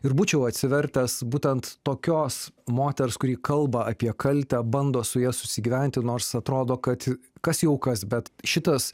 ir būčiau atsivertęs būtent tokios moters kuri kalba apie kaltę bando su ja susigyventi nors atrodo kad kas jau kas bet šitas